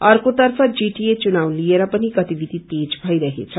अर्कोतर्फ जीटिए चुनाव लिएर पनि गतिविधि तेज भईरहेछ